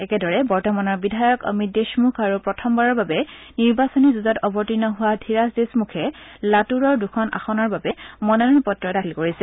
একেদৰে বৰ্তমানৰ বিধায়ক অমিত দেশমুখ আৰু প্ৰথমবাৰৰ বাবে নিৰ্বাচনী যুজত অৱতীৰ্ণ হোৱা ধীৰাজ দেশমুখে লাটুৰৰ দুখন আসনৰ বাবে মনোনয়ন পত্ৰ দাখিল কৰিছে